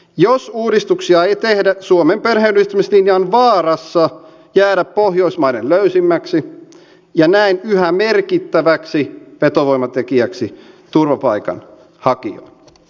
jos uudistuksia ei tehdä suomen perheenyhdistämislinja on vaarassa jäädä pohjoismaiden löysimmäksi ja näin yhä merkittäväksi vetovoimatekijäksi turvapaikanhakijoille